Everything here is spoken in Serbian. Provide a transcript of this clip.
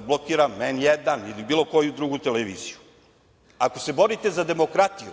blokiram N1 ili bilo koju drugu televiziju. Ako se borite sa demokratiju,